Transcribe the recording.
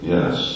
Yes